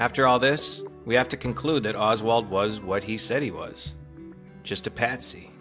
after all this we have to conclude that oswald was what he said he was just a patsy